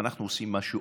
אם אנחנו עושים משהו,